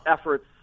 efforts